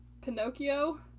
Pinocchio